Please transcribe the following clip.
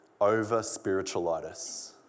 over-spiritualitis